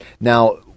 Now